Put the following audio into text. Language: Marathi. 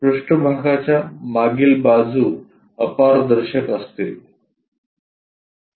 तर पृष्ठभागाच्या मागील बाजू अपारदर्शक असतील